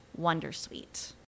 Wondersuite